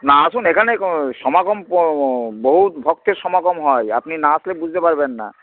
না আসুন এখানে সমাগম বহু ভক্তের সমাগম হয় আপনি না আসলে বুঝতে পারবেন না